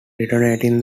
detonating